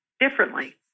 differently